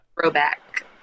throwback